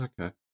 Okay